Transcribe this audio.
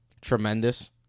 tremendous